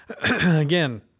again